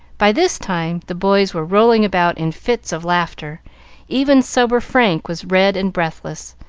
by this time the boys were rolling about in fits of laughter even sober frank was red and breathless,